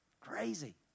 Crazy